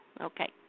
Okay